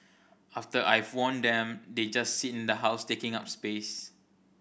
after I've worn them they just sit in the house taking up space